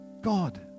God